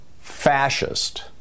fascist